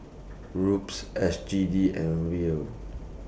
Ruble S G D and Riel